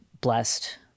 blessed